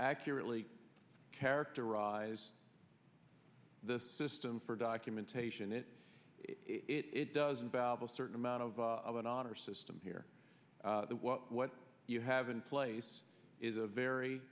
accurately characterize this system for documentation it it does involve a certain amount of of an honor system here what you have in place is a very